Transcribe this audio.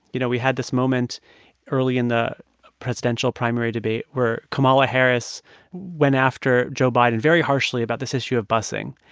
you know, we had this moment early in the presidential primary debate where kamala harris went after joe biden very harshly about this issue of bussing.